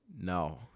No